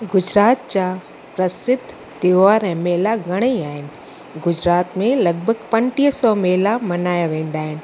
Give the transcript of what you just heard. गुजरात जा प्रसिध्ध त्योहार ऐं मेला घणेई आहिनि गुजरात में लॻभॻि पंटीह सौ मेला मल्हाया वेंदा आहिनि